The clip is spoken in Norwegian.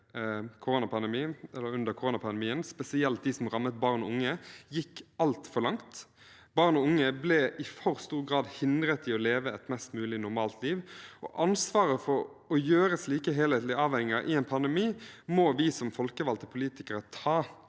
under koronapandemien, spesielt dem som rammet barn og unge, gikk altfor langt. Barn og unge ble i for stor grad hindret i å leve et mest mulig normalt liv. Ansvaret for å gjøre slike helhetlige avveininger i en pandemi må vi som folkevalgte politikere ta